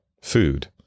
food